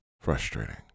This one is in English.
frustrating